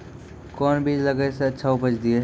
कोंन बीज लगैय जे अच्छा उपज दिये?